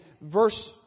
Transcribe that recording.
Verse